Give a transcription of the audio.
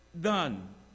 done